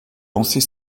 lancer